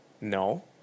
no